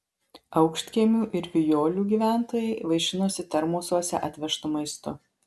aukštkiemių ir vijolių gyventojai vaišinosi termosuose atvežtu maistu